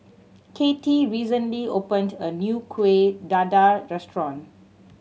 Katy recently opened a new Kueh Dadar restaurant